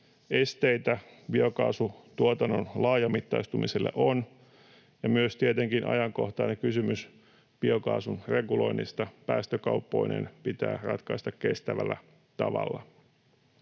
esteitä biokaasutuotannon laajamittaistumiselle on, ja myös tietenkin ajankohtainen kysymys biokaasun reguloinnista päästökauppoineen pitää ratkaista kestävällä tavalla.